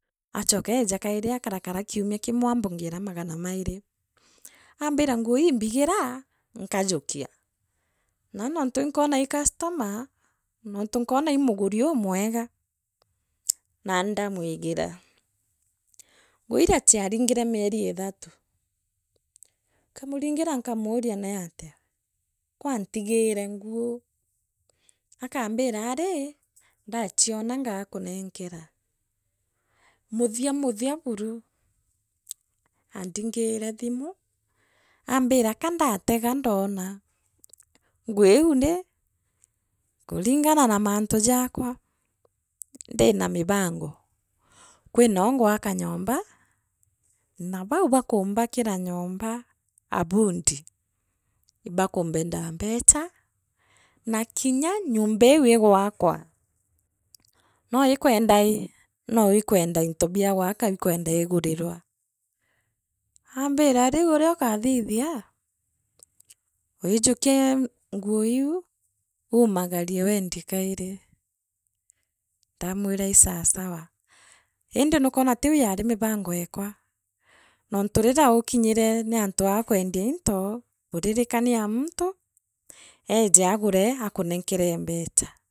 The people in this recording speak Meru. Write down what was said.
Aachoka eeja kairi akorakara kiumia kimwe aambongera magara mairi, aambira nguu ii mbigiraa, nkajukia. Naani nontu inkwona ii customer nontu nkwona ii muguri umwega nii naani ndamwigira nguu iria chiaring’ro mieri ithatu nkamuringira nkamuuria niatia kwaantigire nguu akaambira thimu aambira kandatega ndoona nguu iu rii kuringana na mantu jakwa ndiina mibango kwinoo ngwaka nyomba na bau bakumbakire nyomba abundi ibakumbendaa mbecha na kinya nyomba ivi igwaakwa noikwenda ii noikwenda into bia gwakaa ikwenda iguurimwa aambira riu uria ukathithia wiijukia nguo iu uumangani weendie kairi ndamwira isasawa indi nukwona tiu yari mibango ekwa nontu riria ukinyire ni antu aa kwendia into buririkania aa muntu eeje aagure akunenkere mbecha.